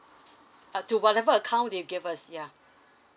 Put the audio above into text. uh to whatever account they gave us yeah